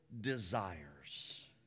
desires